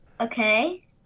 Okay